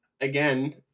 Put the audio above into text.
again